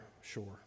sure